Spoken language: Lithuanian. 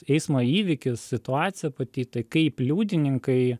eismo įvykis situacija pati tai kaip liudininkai